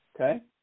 Okay